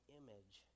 image